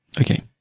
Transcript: Okay